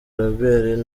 robert